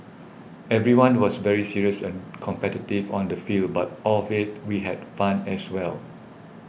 everyone was very serious and competitive on the field but off it we had fun as well